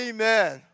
Amen